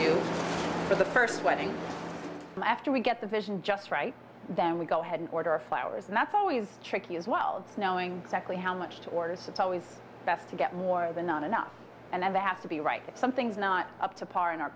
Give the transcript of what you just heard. to do the first wedding and after we get the vision just right then we go ahead and order flowers and that's always tricky as well it's knowing exactly how much to order so it's always best to get more than not enough and then they have to be right that something's not up to par in our